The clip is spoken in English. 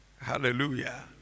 hallelujah